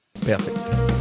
perfect